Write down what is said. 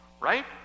right